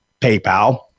PayPal